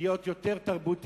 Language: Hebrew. להיות יותר תרבותיים,